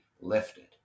Lifted